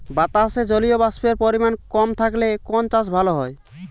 বাতাসে জলীয়বাষ্পের পরিমাণ কম থাকলে কোন চাষ ভালো হয়?